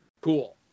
Cool